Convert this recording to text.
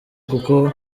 kuko